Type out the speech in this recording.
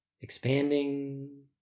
expanding